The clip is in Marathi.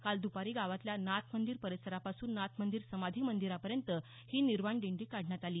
काल दपारी गावातल्या नाथ मंदिर परिसरापासून नाथ मंदिर समाधी मंदिरापर्यंत ही निर्वाण दिंडी काढण्यात आली